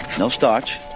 no starch,